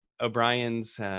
O'Brien's